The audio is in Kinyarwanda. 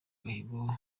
agahigo